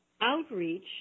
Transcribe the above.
outreach